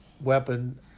weapon